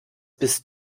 bist